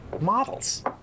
models